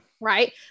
right